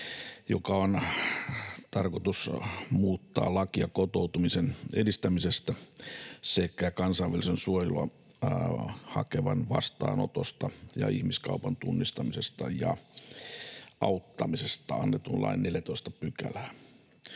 jossa on tarkoitus muuttaa lakia kotoutumisen edistämisestä sekä kansainvälistä suojelua hakevan vastaanotosta ja ihmiskaupan tunnistamisesta ja auttamisesta annetun lain 14 §:ää.